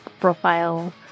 profile